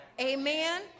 amen